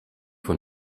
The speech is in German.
von